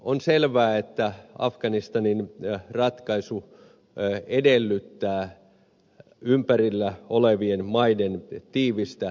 on selvää että afganistanin ratkaisu edellyttää ympärillä olevien maiden tiivistä mukanaoloa